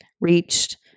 reached